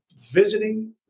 visiting